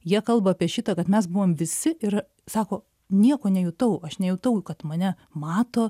jie kalba apie šitą kad mes buvom visi ir sako nieko nejutau aš nejutau kad mane mato